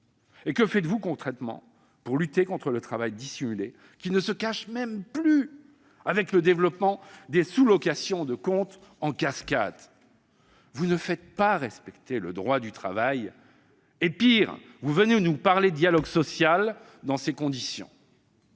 Et que faites-vous concrètement pour lutter contre le travail dissimulé, qui ne se cache même plus avec le développement des sous-locations de comptes en cascade ? Vous ne faites pas respecter le droit du travail ! Pire, vous venez nous parler de dialogue social dans ces conditions